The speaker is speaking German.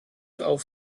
auf